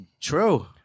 True